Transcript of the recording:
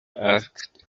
asked